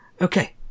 Okay